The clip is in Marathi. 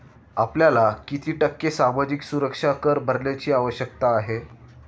आपल्याला किती टक्के सामाजिक सुरक्षा कर भरण्याची आवश्यकता आहे?